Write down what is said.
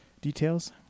details